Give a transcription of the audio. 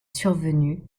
survenue